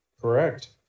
correct